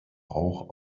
rauch